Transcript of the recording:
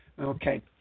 Okay